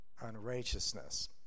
unrighteousness